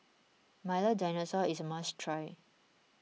Milo Dinosaur is a must try